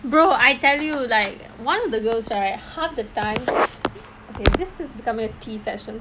brother I tell you like one of the girls right half the time okay this is becoming a tea session